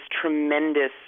tremendous